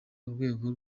urwango